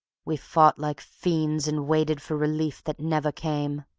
we fought like fiends and waited for relief that never came.